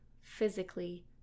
physically